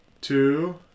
two